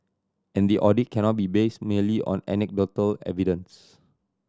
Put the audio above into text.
and the audit cannot be based merely on anecdotal evidence